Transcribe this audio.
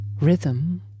rhythm